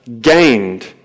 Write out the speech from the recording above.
gained